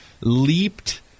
leaped